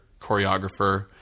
choreographer